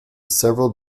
several